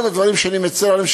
אחד הדברים שאני מצר עליהם,